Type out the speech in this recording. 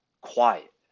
quiet